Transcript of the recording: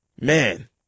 Man